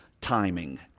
Timing